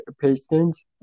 Pistons